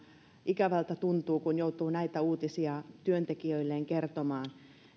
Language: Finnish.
ikävältä tuntuu kun joutuu näitä uutisia työntekijöilleen kertomaan